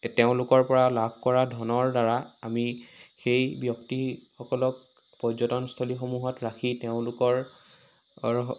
তেওঁলোকৰ পৰা লাভ কৰা ধনৰ দ্বাৰা আমি সেই ব্যক্তিসকলক পৰ্যটনস্থলী সমূহত ৰাখি তেওঁলোকৰ অৰহ